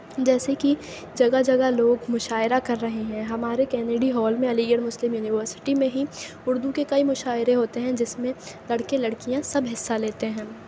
جیسے کہ جگہ جگہ لوگ مشاعرہ کر رہے ہیں ہمارے کنیڈی ہال میں علی گڑھ مسلم یونیورسٹی میں ہی اُردو کے کئی مشاعرے ہوتے ہیں جس میں لڑکے لڑکیاں سب حصّہ لیتے ہیں